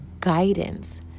guidance